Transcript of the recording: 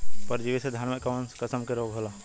परजीवी से धान में कऊन कसम के रोग होला?